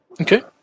Okay